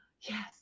yes